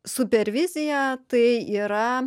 supervizija tai yra